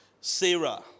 Sarah